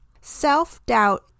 Self-doubt